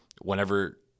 whenever